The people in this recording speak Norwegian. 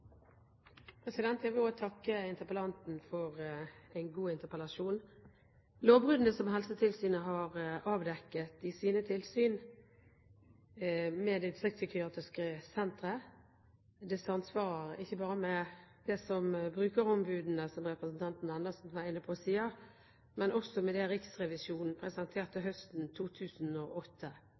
jeg vil takke interpellanten for en god interpellasjon. Lovbruddene som Helsetilsynet har avdekket i sine tilsyn med distriktspsykiatriske sentre, samsvarer ikke bare med det som brukerombudene, som representanten Andersen var inne på, sier, men også med det Riksrevisjonen presenterte høsten 2008.